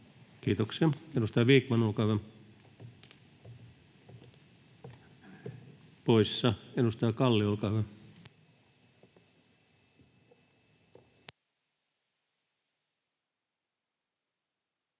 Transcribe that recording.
Kiitoksia. — Edustaja Vikman, olkaa hyvä. Poissa. — Edustaja Kalli, olkaa hyvä.